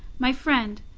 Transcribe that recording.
my friend,